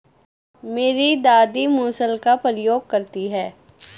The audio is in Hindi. मेरी दादी मूसल का प्रयोग करती हैं